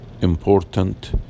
important